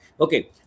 Okay